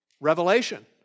revelation